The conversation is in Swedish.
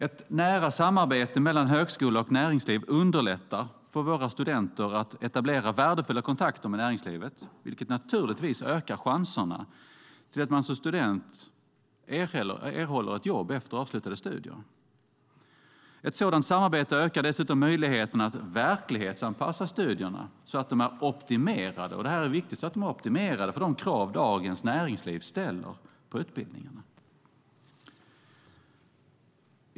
Ett nära samarbete mellan högskola och näringsliv underlättar för våra studenter att etablera kontakter med näringslivet, vilket naturligtvis ökar chanserna att man som student erhåller ett jobb efter avslutade studier. Ett sådant samarbete ökar dessutom möjligheterna att verklighetsanpassa studierna så att de är optimerade, och det här är viktigt, i förhållande till de krav som dagens näringsliv ställer på utbildningen.